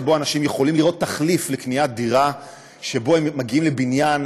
שבו אנשים יכולים לראות תחליף לקניית דירה שבו הם מגיעים לבניין,